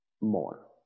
more